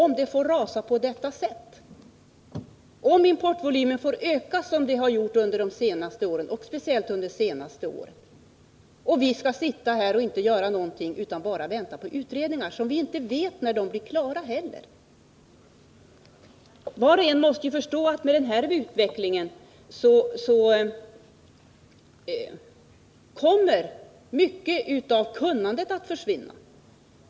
Med hänsyn till hur importvolymen har ökat under de senaste åren, och framför allt under det senaste året, kan vi inte bara sitta här och vänta på utredningar — vi vet ju inte när de blir klara. Var och en måste förstå att mycket av kunnandet kommer att försvinna med denna utveckling.